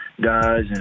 guys